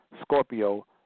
Scorpio